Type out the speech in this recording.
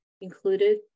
included